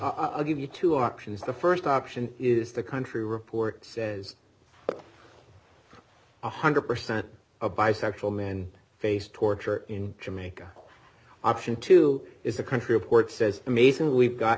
if i'll give you two options the st option is the country report says one hundred percent of bisexual men face torture in jamaica option two is a country report says amazing we've got